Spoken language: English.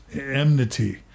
enmity